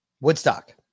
Woodstock